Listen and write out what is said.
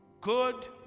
good